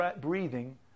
breathing